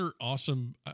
awesome